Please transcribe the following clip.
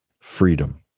freedom